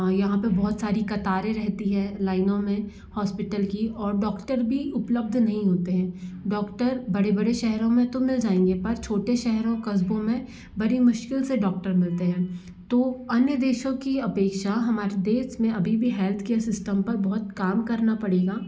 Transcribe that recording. यहाँ पे बहुत सारी कतारें रहती हैं लाइनों में हॉस्पिटल की और डॉक्टर भी उपलब्ध नहीं होते हैं डॉक्टर बड़े बड़े शहरों में तो मिल जाएंगे पर छोटे शहरों कस्बों में बड़ी मुश्किल से डॉक्टर मिलते हैं तो अन्य देशों की अपेक्षा हमारे देश में अभी भी हेल्थकेयर सिस्टम पर बहुत काम करना पड़ेगा